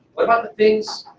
what about the things,